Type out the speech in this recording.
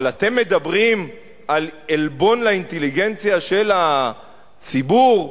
אתם מדברים על עלבון לאינטליגנציה של הציבור?